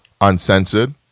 Uncensored